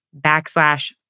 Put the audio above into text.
backslash